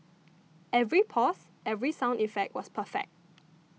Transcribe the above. every pause every sound effect was perfect